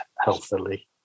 healthily